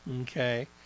Okay